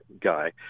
guy